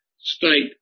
State